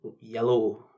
Yellow